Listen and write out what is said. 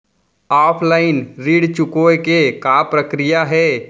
Offline ऋण चुकोय के का प्रक्रिया हे?